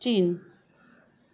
चीन